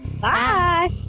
Bye